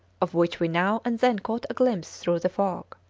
of which we now and then caught a glimpse through the fog.